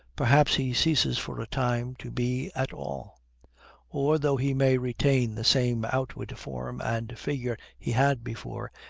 perhaps he ceases for a time to be at all or, though he may retain the same outward form and figure he had before,